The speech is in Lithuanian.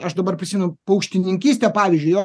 aš dabar prisimenu paukštininkystę pavyzdžiui jo